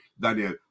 Daniel